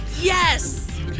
Yes